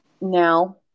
Now